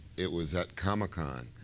it was at comic-con.